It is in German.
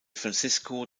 francisco